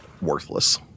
worthless